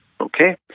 Okay